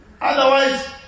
Otherwise